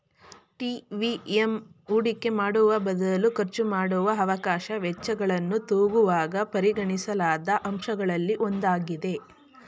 TVM ಹೂಡಿಕೆ ಮಾಡುವಬದಲು ಖರ್ಚುಮಾಡುವ ಅವಕಾಶ ವೆಚ್ಚಗಳನ್ನು ತೂಗುವಾಗ ಪರಿಗಣಿಸಲಾದ ಅಂಶಗಳಲ್ಲಿ ಒಂದಾಗಿದೆ